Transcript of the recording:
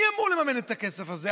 מי אמור לממן את הכסף הזה,